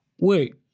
Wait